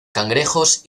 cangrejos